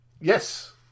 Yes